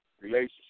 relationship